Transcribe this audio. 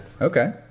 Okay